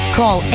call